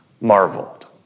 marveled